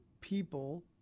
people